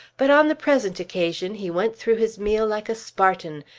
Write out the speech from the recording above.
but on the present occasion he went through his meal like a spartan,